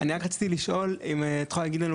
אני רק רציתי לשאול אם את יכולה להגיד לנו